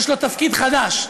יש לו תפקיד חדש: